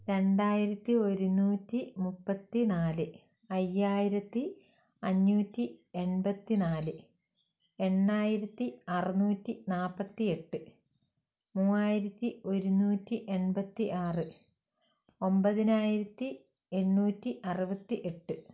രണ്ടായിരത്തി ഒരുന്നൂറ്റി മുപ്പത്തിനാല് അയ്യായിരത്തി അഞ്ഞൂറ്റി എൻപത്തി നാല് എണ്ണായിരത്തി അറുനൂറ്റി നാപ്പത്തിയെട്ട് മൂവായിരത്തി ഒരുന്നൂറ്റി എൺപത്തി ആറ് ഒൻപതിനായിരത്തി എണ്ണൂറ്റി അറുപത്തി എട്ട്